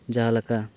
ᱡᱟᱦᱟᱸᱞᱮᱠᱟ